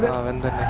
of and the